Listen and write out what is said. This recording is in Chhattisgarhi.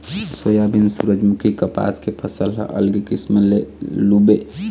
सोयाबीन, सूरजमूखी, कपसा के फसल ल अलगे किसम ले लूबे